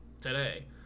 today